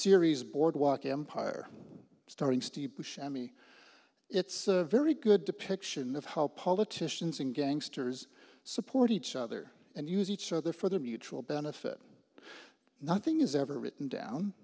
series boardwalk empire starring steve buscemi it's a very good depiction of how politicians and gangsters support each other and use each other for their mutual benefit nothing is ever written down